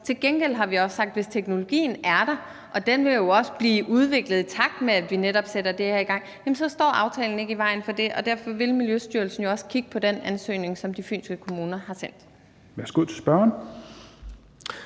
Til gengæld har vi også sagt, at hvis teknologien er der, og den vil også blive udviklet, i takt med at vi netop sætter det her i gang, står aftalen ikke i vejen for det. Og derfor vil Miljøstyrelsen jo også kigge på den ansøgning, som de fynske kommuner har sendt.